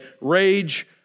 Rage